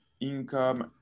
income